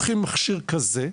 לוקחים מכשיר כזה,